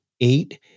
eight